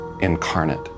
incarnate